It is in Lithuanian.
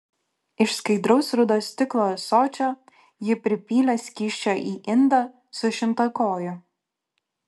iš skaidraus rudo stiklo ąsočio ji pripylė skysčio į indą su šimtakoju